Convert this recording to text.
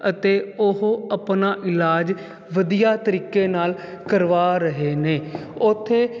ਅਤੇ ਉਹ ਆਪਣਾ ਇਲਾਜ ਵਧੀਆ ਤਰੀਕੇ ਨਾਲ ਕਰਵਾ ਰਹੇ ਨੇ ਉੱਥੇ